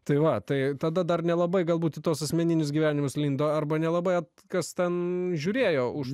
tai va tai tada dar nelabai galbūt tuos asmeninius gyvenimus lindo arba nelabai kas ten žiūrėjo už